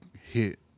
hit